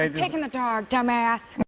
um taking the dog, dumbass.